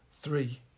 three